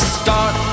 start